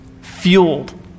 fueled